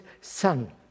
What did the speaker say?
son